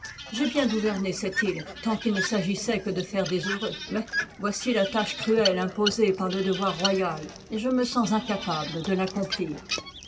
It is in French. j'ai bien gou verné cette ne tant qu'il ne s'agissait que de faire des heureux mais voici la tâche cruelle imposée par le devoir royal et je me sens incapable de l'accomplir